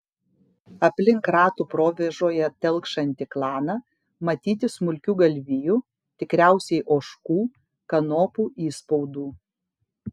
aplink ratų provėžoje telkšantį klaną matyti smulkių galvijų tikriausiai ožkų kanopų įspaudų